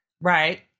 Right